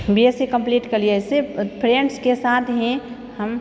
B S C complete करलिए से फ्रेन्ड्सके साथ ही हम